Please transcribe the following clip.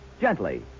gently